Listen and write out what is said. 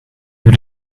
you